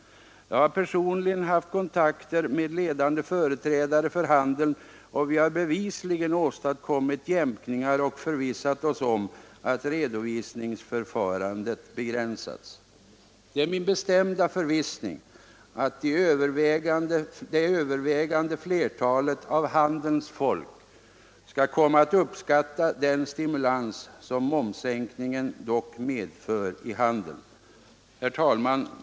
Jag har personligen haft kontakter med ledande företrädare för handeln, och vi har bevisligen åstadkommit jämkningar och förvissat oss om att redovisningsförfarandet begränsats. Det är min bestämda förvissning att det övervägande flertalet av handelns folk skall komma att uppskatta den stimulans som momssänkningen dock medför i handeln. Herr talman!